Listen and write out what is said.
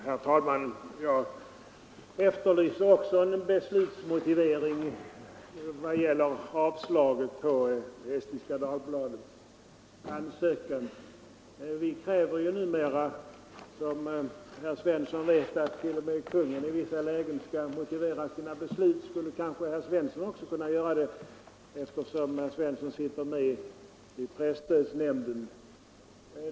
Herr talman! Jag efterlyser också en beslutsmotivering vad det gäller avslaget på ansökan från Estniska Dagbladet. Vi kräver numera, som herr Svensson i Eskilstuna vet, att till och med kungen i vissa lägen skall motivera sina beslut, och då skulle kanske också herr Svensson kunna göra det, eftersom herr Svensson sitter med i presstödsnämnden.